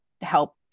help